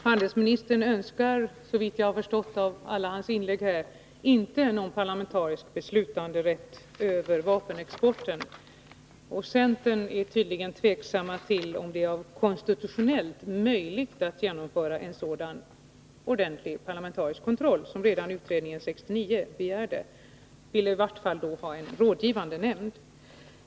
Handelsministern önskar, såvitt jag har förstått av alla hans inlägg här, inte någon parlamentarisk beslutanderätt när det gäller vapenexporten, och centern är tydligen tveksam till om det är konstitutionellt möjligt att genomföra en sådan ordentlig parlamentarisk kontroll som redan utredningen 1969 begärde — man ville i vart fall då ha en rådgivande nämnd.